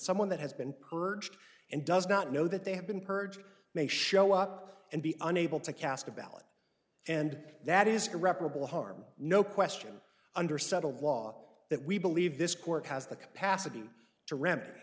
someone that has been purged and does not know that they have been purged may show up and be unable to cast a ballot and that is a reputable harm no question under settled law that we believe this court has the capacity to re